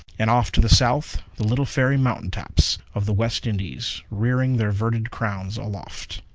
and off to the south the little fairy mountain tops of the west indies rearing their verdured crowns aloft.